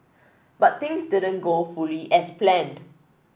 but things didn't go fully as planned